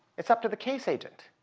it's up to the case agent.